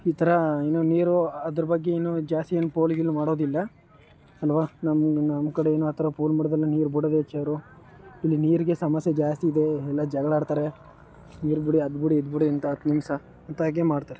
ಈ ಥರ ಇನ್ನು ನೀರು ಅದ್ರ ಬಗ್ಗೆನೂ ಜಾಸ್ತಿ ಏನು ಪೋಲು ಗೀಲು ಮಾಡೋದಿಲ್ಲ ಅಲ್ಲವಾ ನಮ್ಮ ನಮ್ಮ ಕಡೆಯೂ ಆ ಥರ ಪೋಲು ಮಾಡ್ದಲೇ ನೀರು ಬಿಡೋದೇ ಹೆಚ್ಚು ಅವರು ಇಲ್ಲಿ ನೀರಿಗೆ ಸಮಸ್ಯೆ ಜಾಸ್ತಿ ಇದೆ ಎಲ್ಲ ಜಗಳ ಆಡ್ತಾರೆ ನೀರು ಬಿಡಿ ಅದು ಬಿಡಿ ಇದು ಬಿಡಿ ಅಂತ ಹತ್ತು ನಿಮಿಷ ಮತ್ತು ಹಾಗೆ ಮಾಡ್ತಾರೆ ಅಷ್ಟೇ